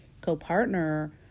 co-partner